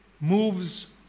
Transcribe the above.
moves